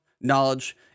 knowledge